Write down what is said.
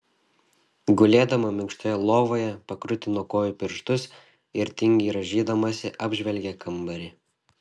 gulėdama minkštoje lovoje pakrutino kojų pirštus ir tingiai rąžydamasi apžvelgė kambarį